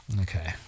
Okay